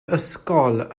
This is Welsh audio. ysgol